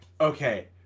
okay